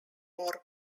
more